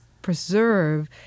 preserve